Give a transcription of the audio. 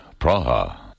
Praha